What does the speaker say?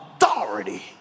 authority